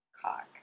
cock